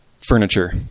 furniture